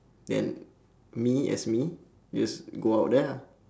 then me as me just go out there lah